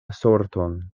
sorton